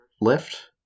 left